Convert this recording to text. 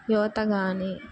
యువత కానీ